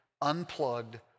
unplugged